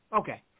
Okay